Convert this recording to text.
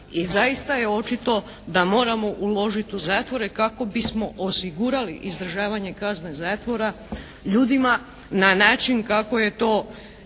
i zaista je očito da moramo uložiti u zatvore kako bismo osigurali izdržavanje kazne zatvora ljudima na način kako je to